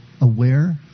aware